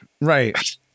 right